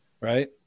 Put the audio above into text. right